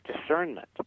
discernment